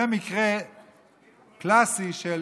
זה מקרה קלאסי של